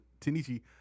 Tinichi